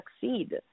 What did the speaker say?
succeed